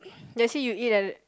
let's say you eat at